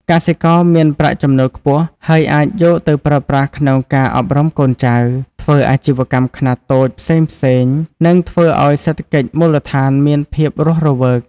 កសិករមានប្រាក់ចំណូលខ្ពស់ ហើយអាចយកទៅប្រើប្រាស់ក្នុងការអប់រំកូនចៅ ធ្វើអាជីវកម្មខ្នាតតូចផ្សេងៗ និងធ្វើឲ្យសេដ្ឋកិច្ចមូលដ្ឋានមានភាពរស់រវើក។